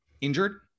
injured